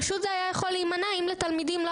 פשוט זה היה יכול להימנע אם לתלמידים לא